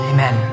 Amen